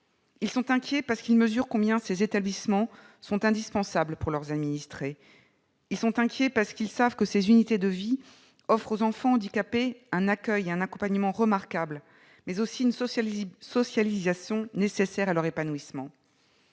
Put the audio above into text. Ils sont inquiets, parce qu'ils mesurent combien ces établissements sont indispensables pour leurs administrés. Ils sont inquiets, parce qu'ils savent que ces unités de vie offrent aux enfants handicapés non seulement un accueil et un accompagnement remarquables, mais aussi une socialisation nécessaire à leur épanouissement.